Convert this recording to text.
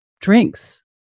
Drinks